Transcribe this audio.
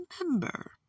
remember